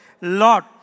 Lord